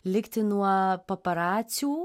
likti nuo paparacių